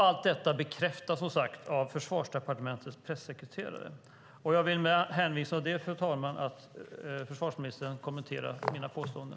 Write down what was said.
Allt detta bekräftas som sagt av Försvarsdepartementets pressekreterare. Fru talman! Jag vill med hänvisning till det att försvarsministern kommenterar mina påståenden.